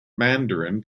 mandarin